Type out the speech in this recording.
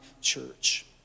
church